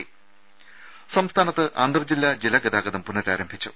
രുമ സംസ്ഥാനത്ത് അന്തർ ജില്ലാ ജലഗതാഗതം പുനരാരംഭിച്ചു